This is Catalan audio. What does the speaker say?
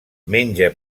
menja